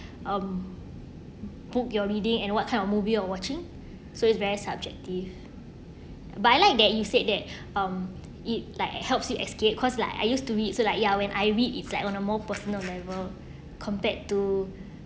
um book your reading and what kind of movie of watching so it's very subjective but I like that you said that um it like it helps you escaped cause like I used to read so like ya when I read it's like on a more personal level compared to